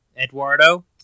Eduardo